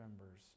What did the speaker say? members